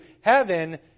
heaven